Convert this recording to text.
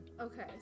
Okay